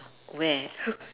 where